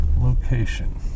location